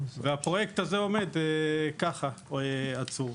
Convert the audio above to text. והפרויקט הזה עומד ככה, עצור.